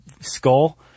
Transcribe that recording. skull